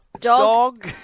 Dog